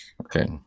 Okay